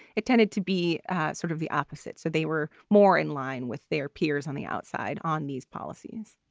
it tended to be sort of the opposite. so they were more in line with their peers on the outside on these policies